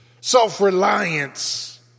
self-reliance